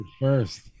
first